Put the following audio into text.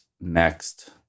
next